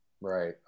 Right